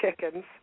chickens